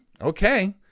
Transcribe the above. okay